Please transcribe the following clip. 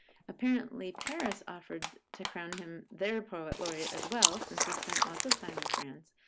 apparently paris offered to crown him their poet laureate as well, since he spent lots of time in france,